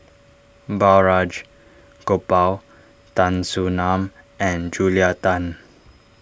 Balraj Gopal Tan Soo Nan and Julia Tan